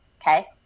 Okay